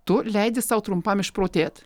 tu leidi sau trumpam išprotėt